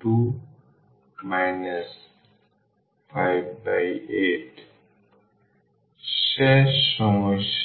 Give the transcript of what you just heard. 2 58 শেষ সমস্যা